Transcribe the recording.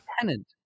Tenant